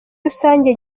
rusange